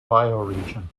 bioregion